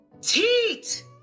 Teat